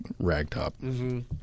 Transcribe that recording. ragtop